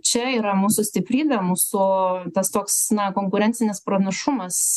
čia yra mūsų stiprybė mūsų tas toks na konkurencinis pranašumas